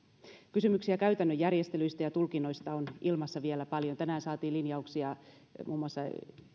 kysymyksiä käytännön järjestelyistä ja tulkinnoista on ilmassa vielä paljon tänään saatiin linjauksia muun muassa